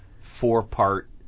four-part